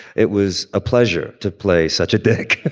it was a pleasure to play such a dick